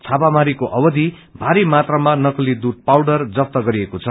छापामारीको अवयी भारी मात्रामा नकली दूष पाउडर जफ्त गरिएको छ